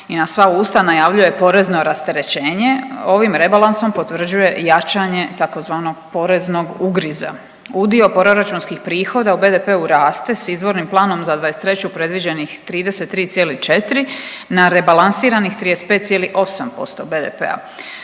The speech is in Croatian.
i na sva usta najavljuje porezno rasterećenje ovim rebalansom potvrđuje jačanje tzv. poreznog ugriza. Udio proračunskih prihoda u BDP-u raste s izvornim planom za 2023. predviđenih 33,4 na rebalansiranih 35,8% BDP-a.